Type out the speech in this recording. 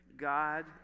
God